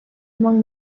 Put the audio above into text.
among